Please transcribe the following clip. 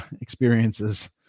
experiences